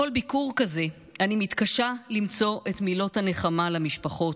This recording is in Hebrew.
בכל ביקור כזה אני מתקשה למצוא את מילות הנחמה למשפחות,